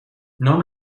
نام